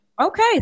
Okay